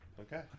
Okay